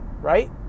right